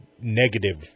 negative